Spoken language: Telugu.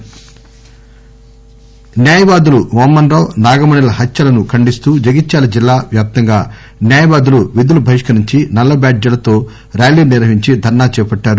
జగిత్యాల ర్యాలీ న్యాయవాదులు వామన రావు నాగమణి ల హత్యలను ఖండిస్తూ జగిత్యాల జిల్లా వ్యాప్తంగా న్యాయవాదులు విధులు బహిష్కరించి నల్ల బ్యాడ్జీలతో ర్యాలీలు నిర్వహించి ధర్నా చేపట్టారు